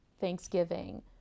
thanksgiving